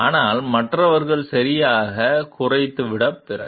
அதனால் மற்றவர்கள் சரியாக குறைந்துவிட்ட பிறகு